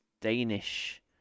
Danish